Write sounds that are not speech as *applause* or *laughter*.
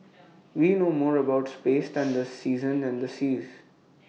we know more about space *noise* than the seasons and the seas